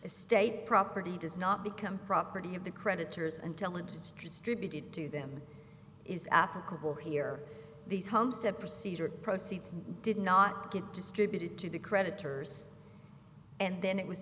estate property does not become property of the creditors until it is distributed to them is applicable here these homestead procedure proceeds did not get distributed to the creditors and then it was